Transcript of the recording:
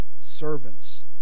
servants